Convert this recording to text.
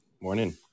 Morning